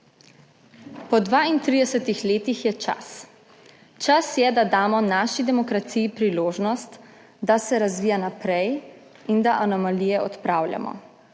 Po 32 letih je čas. Čas je, da damo naši demokraciji priložnost, da se razvija naprej in da odpravljamo